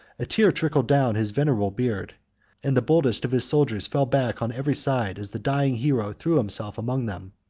a tear trickled down his venerable beard and the boldest of his soldiers fell back on every side as the dying hero threw himself among them.